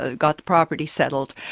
ah got the property settled.